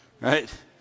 right